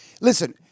listen